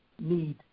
need